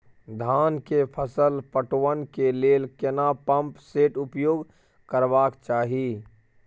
धान के फसल पटवन के लेल केना पंप सेट उपयोग करबाक चाही?